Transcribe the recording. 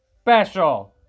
special